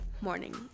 Morning